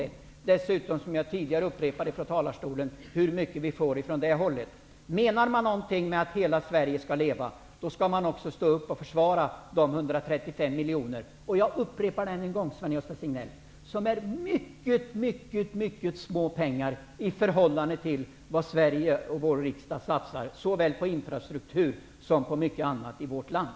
Jag vill upprepa min tidigare fråga från denna talarstol: Hur mycket får vi till den delen av landet? Menar man någonting med att hela Sverige skall leva, skall man också försvara de 135 Jag vill återigen säga till Sven-Gösta Signell att detta är mycket små pengar i förhållande till vad Sverige och riksdagen satsar i övrigt på infrastruktur och mycket annat i vårt land.